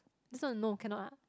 this one no cannot ah